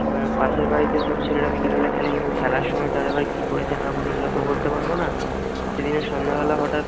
এবার পাশের বাড়িতে সব ছেলেরা বিকেল হলে খেলে কিন্তু খেলার সময় তারা এবার কী করেছে না করেছে সেটা তো বলতে পারবো না সেদিনে সন্ধ্যাবেলা হঠাৎ